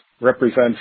represents